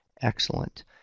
Excellent